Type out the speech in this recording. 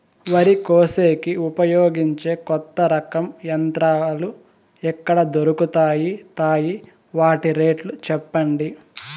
వరి కోసేకి ఉపయోగించే కొత్త రకం యంత్రాలు ఎక్కడ దొరుకుతాయి తాయి? వాటి రేట్లు చెప్పండి?